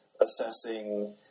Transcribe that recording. assessing